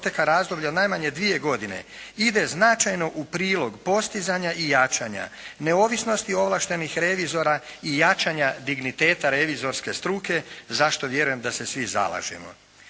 razdoblja od najmanje dvije godine ide značajno u prilog postizanja i jačanja neovisnosti ovlaštenih revizora i jačanja digniteta revizorske struke za što vjerujem da se svi zalažemo.